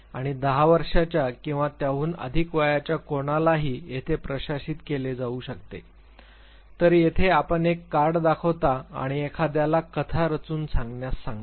आणि दहा वर्षांच्या किंवा त्याहून अधिक वयाच्या कोणालाही येथे प्रशासित केले जाऊ शकते तर येथे आपण एक कार्ड दाखवता आणि एखाद्याला कथा रचून सांगण्यास सांगता